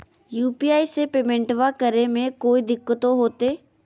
UPI से पेमेंटबा करे मे कोइ दिकतो होते?